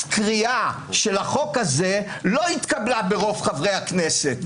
קריאה של החוק הזה לא התקבלה ברוב חברי הכנסת,